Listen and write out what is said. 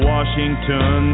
Washington